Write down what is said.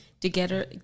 together